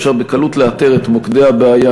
אפשר בקלות לאתר את מוקדי הבעיה,